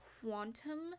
quantum